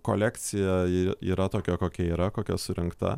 kolekcija ir yra tokia kokia yra kokia surengta